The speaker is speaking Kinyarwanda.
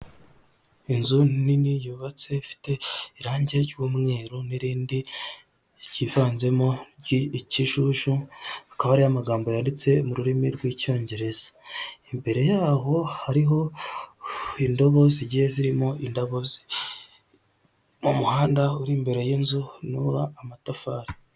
Inzu nini yubatse ifite irange ry'umweru n'irindi ryivanzemo ikijuju hakaba hariho amagambo yanditse mu rurimi rw'icyongereza, imbere yaho hariho indobo zigiye zirimo indabo mu muhanda uri imbere y'inzu n'uw'amatafari.